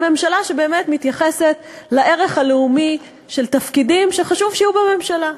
אלא ממשלה שבאמת מתייחסת לערך הלאומי של תפקידים שחשוב שיהיו בממשלה.